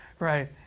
Right